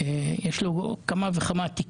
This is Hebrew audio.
היא השוואה בזויה, בלתי נתפסת ובלתי נסלחת.